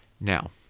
Now